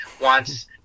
wants